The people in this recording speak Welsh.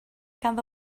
ganddo